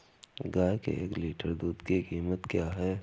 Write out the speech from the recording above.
गाय के एक लीटर दूध की कीमत क्या है?